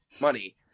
money